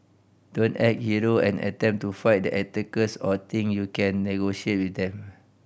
don't act hero and attempt to fight the attackers or think you can negotiate with them